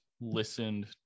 listened